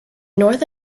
north